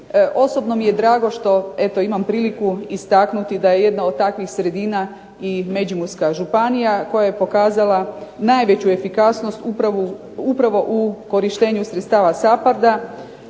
Osobno mi je drago što imam priliku istaknuti da je jedna od takvih sredina i Međimurska županija koja je pokazala najveću efikasnost upravo u korištenju sredstava SAPARD-a